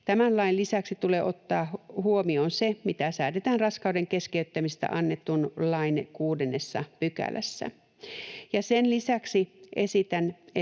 Tämän lain lisäksi tulee ottaa huomioon se, mitä säädetään raskauden keskeyttämisestä annetun lain 6 §:ssä.” Sen lisäksi esitän, että raskauden